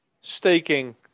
staking